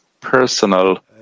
personal